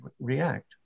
react